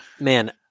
man